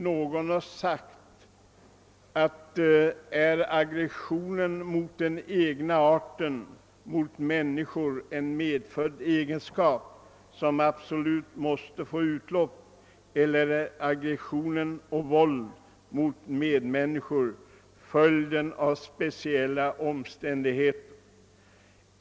Någon har ställt frågan om aggressionen mot den egna arten, mot människor, är en medfödd egenskap som absolut måste få utlopp, eller om aggression och våld mot medmänniskor är följden av speciella omständigheter.